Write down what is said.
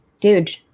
dude